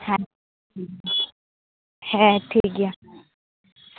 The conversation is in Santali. ᱦᱮᱸ ᱦᱮᱸ ᱴᱷᱤᱠ ᱜᱮᱭᱟ